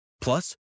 Plus